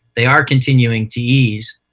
they are continuing to ease.